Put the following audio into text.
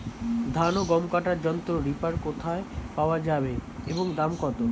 ধান ও গম কাটার যন্ত্র রিপার কোথায় পাওয়া যাবে এবং দাম কত?